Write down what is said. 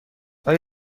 آیا